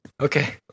okay